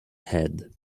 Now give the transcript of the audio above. head